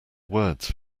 words